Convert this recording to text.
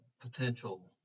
potential